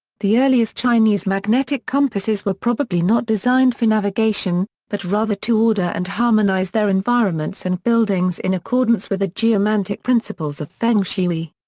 the earliest chinese magnetic compasses were probably not designed for navigation, but rather to order and harmonize their environments and buildings in accordance with the geomantic principles of feng shui.